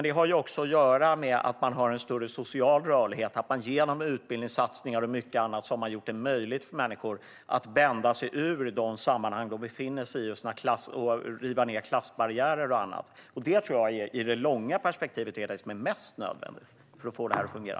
Det har också att göra med att man har en större social rörlighet och att man genom utbildningssatsningar och mycket annat har gjort det möjligt för människor att bända sig ur de sammanhang de befinner sig i, riva ned klassbarriärer och annat. Det tror jag i det långa perspektivet är det som är mest nödvändigt för att få det att fungera.